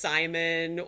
Simon